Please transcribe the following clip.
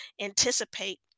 anticipate